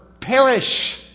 Perish